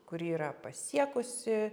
kuri yra pasiekusi